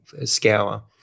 scour